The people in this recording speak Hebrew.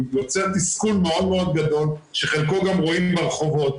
זה יוצר תסכול מאוד גדול שאת חלקו גם רואים ברחובות,